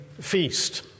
feast